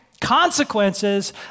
consequences